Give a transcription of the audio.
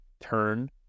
turn